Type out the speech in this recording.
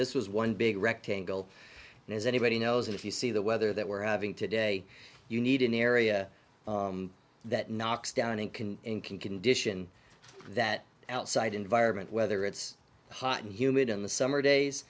this was one big rectangle and as anybody knows if you see the weather that we're having today you need an area that knocks down and can and can condition that outside environment whether it's hot and humid in the summer days